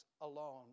alone